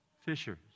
fishers